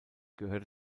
gehörte